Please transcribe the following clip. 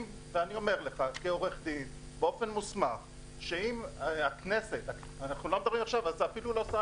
אני אומר לך כעורך דין באופן מוסמך שאם הכנסת אפילו לא שר